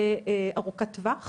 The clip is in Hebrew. ארוכת טווח